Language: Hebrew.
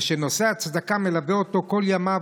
ושנושא הצדקה מלווה אותו כל ימיו,